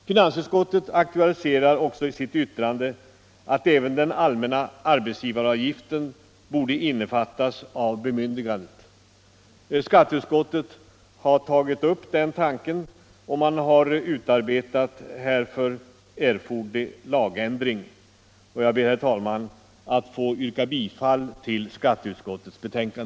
Finansutskottet ifrågasätter också i sitt yttrande om inte även den allmänna arbetsgivaravgiften borde innefattas i bemyndigandet. Skatteutskottet har tagit upp den tanken och utarbetat härför erforderlig ändring i lagtexten. Herr talman! Jag ber att få yrka bifall till skatteutskottets hemställan.